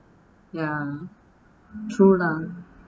ya true lah